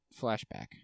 flashback